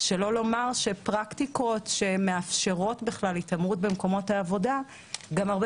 שלא לומר שפרקטיקות שמאפשרות התעמרות במקומות העבודה הרבה